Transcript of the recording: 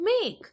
make